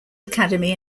academy